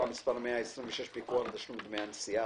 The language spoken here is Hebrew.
(מס' 126) (פיקוח על תשלום דמי נסיעה),